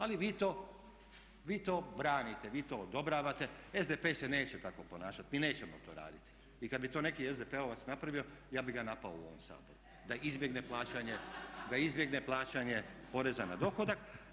Ali vi to branite, vi to odobravate, SDP se neće tako ponašati, mi nećemo to raditi, i kad bi to neki SDP-ovac napravio ja bi ga napao u ovom Saboru, da izbjegne plaćanje poreza na dohodak.